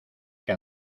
que